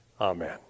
Amen